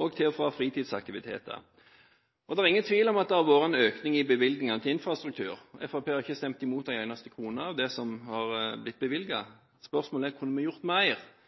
og til og fra fritidsaktiviteter. Det er ingen tvil om at det har vært en økning i bevilgningene til infrastruktur. Fremskrittspartiet har ikke stemt imot en eneste krone av det som har blitt bevilget. Spørsmålet er: Kunne vi gjort mer?